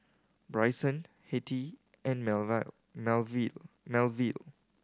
Bryson Hetty and Melville